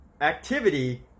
activity